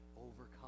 overcome